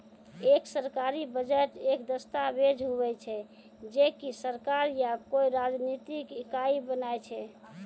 एक सरकारी बजट एक दस्ताबेज हुवै छै जे की सरकार या कोय राजनितिक इकाई बनाय छै